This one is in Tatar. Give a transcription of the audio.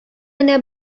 менә